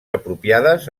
apropiades